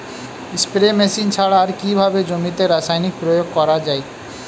Spray machine ছাড়া আর কিভাবে জমিতে রাসায়নিক প্রয়োগ করা যায়?